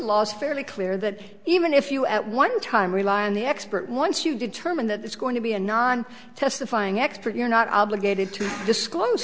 laws fairly clear that even if you at one time rely on the expert once you determine that it's going to be a non testifying expert you're not obligated to disclose